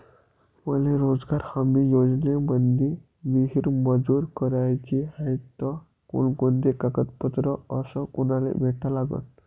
मले रोजगार हमी योजनेमंदी विहीर मंजूर कराची हाये त कोनकोनते कागदपत्र अस कोनाले भेटा लागन?